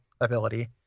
ability